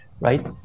right